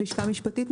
לשכה משפטית,